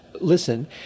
listen